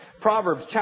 Proverbs